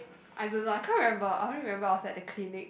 I don't know I can't remember I only remember I was at the clinic